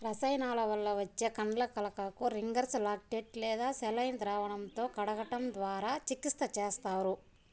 రసాయనాల వల్ల వచ్చే కండ్లకలకకు రింగర్స్ లాక్టేట్ లేదా సెలైన్ ద్రావణంతో కడగటం ద్వారా చికిత్స చేస్తారు